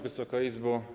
Wysoka Izbo!